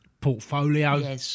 portfolio